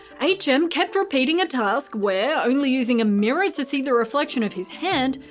h m. kept repeating a task where, only using a mirror to see the reflection of his hand,